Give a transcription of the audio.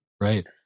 right